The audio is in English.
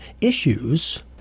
issues